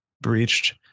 breached